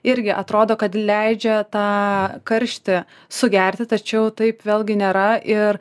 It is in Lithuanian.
irgi atrodo kad leidžia tą karštį sugerti tačiau taip vėlgi nėra ir